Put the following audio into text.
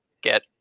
get